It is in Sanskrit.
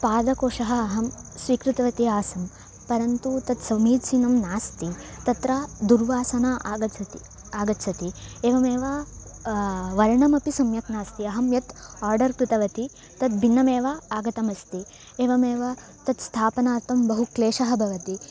पादकोशम् अहं स्वीकृतवती आसं परन्तु तत् समीचीनं नास्ति तत्र दुर्वासना आगच्छति आगच्छति एवमेव वर्णमपि सम्यक् नास्ति अहं यत् आर्डर् कृतवती तद् भिन्नमेव आगतमस्ति एवमेव तत् स्थापनार्थं बहु क्लेशः भवति